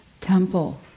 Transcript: temple